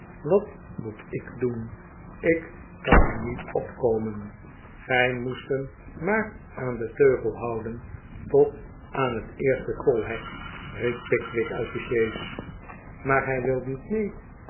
wat moet ik doen ik kan er niet opkomen gij moest hem maar aan den teugel houden tot aan het eerste tolhek riep pickwick uit de sjees maar hij wil niet mee